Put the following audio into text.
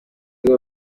umwe